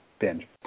binge